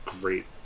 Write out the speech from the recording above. great